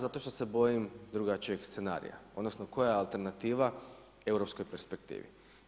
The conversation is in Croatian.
Zato što se bojim drugačijeg scenarija odnosno koja je alternativa europskoj perspektivi.